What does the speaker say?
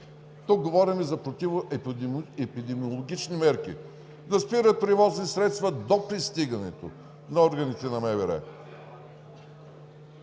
Тук говорим за противоепидемиологични мерки – да спират превозни средства до пристигането на органите на МВР